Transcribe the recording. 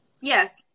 Yes